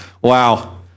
wow